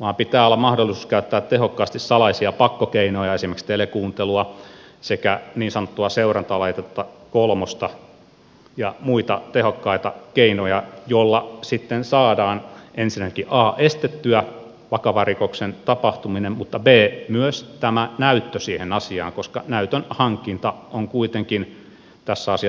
vaan pitää olla mahdollisuus käyttää tehokkaasti salaisia pakkokeinoja esimerkiksi telekuuntelua sekä niin sanottua seurantalaite kolmosta ja muita tehokkaita keinoja joilla sitten saadaan ensinnäkin a estettyä vakavan rikoksen tapahtuminen mutta b myös tämä näyttö siihen asiaan koska näytön hankinta on kuitenkin tässä asiassa tärkeätä